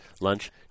lunch